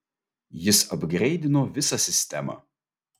jis apgreidino visą sistemą